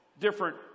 different